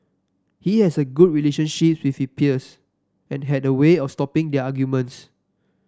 he has a good relationship with he peers and had a way of stopping their arguments